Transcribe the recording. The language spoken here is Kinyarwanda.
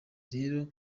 rero